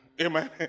Amen